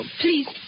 Please